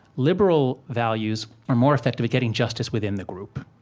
liberal values are more effective at getting justice within the group.